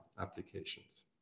applications